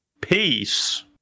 Peace